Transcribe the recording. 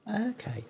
Okay